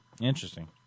Interesting